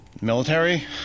military